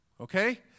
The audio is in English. Okay